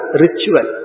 ritual